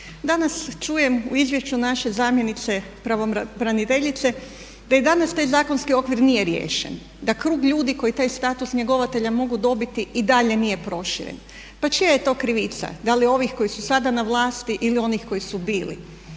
Danas čujem u izvješću naše zamjenice pravobraniteljice da i danas taj zakonski okvir nije riješen, da krug ljudi kaj status njegovatelja mogu dobiti i dalje nije proširen. Pa čija je to krivica? Da li ovih koji su sada na vlasti ili onih koji su bili?